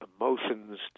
emotions